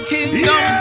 Kingdom